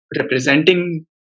representing